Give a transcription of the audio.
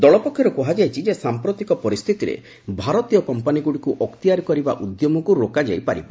ଦଳ ପକ୍ଷରୁ କୁହାଯାଇଛି ଯେ ସାଂପ୍ରତିକ ପରିସ୍ଥିତିରେ ଭାରତୀୟ କମ୍ପାନିଗୁଡ଼ିକୁ ଅକ୍ତିଆର କରିବା ଉଦ୍ୟମକୁ ରୋକାଯାଇ ପାରିବ